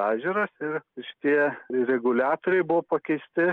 ežeras ir šitie reguliatoriai buvo pakeisti